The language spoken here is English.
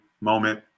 moment